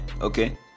okay